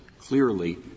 Clearly